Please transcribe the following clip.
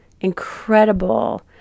incredible